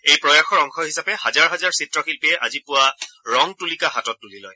এই প্ৰয়াসৰ অংশ হিচাপে হাজাৰ হাজাৰ চিত্ৰ শিল্পীয়ে আজি পুবা ৰং তুলিকা হাতত তুলি লয়